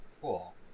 Cool